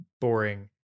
boring